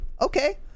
okay